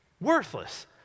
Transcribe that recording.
Worthless